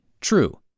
true